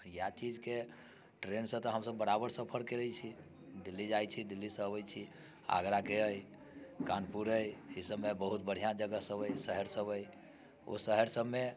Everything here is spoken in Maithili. इएह चीजके ट्रेन से तऽ हम सभ बराबर सफर करैत छी दिल्ली जाइत छी दिल्ली से अबैत छी आगराके अछि कानपुर अछि ई सभमे बहुत बढ़िआँ जगह सभ अछि शहर सभ अछि ओ शहर सभमे